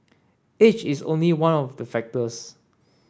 age is only one of the factors